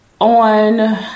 on